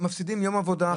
מפסידים יום עבודה.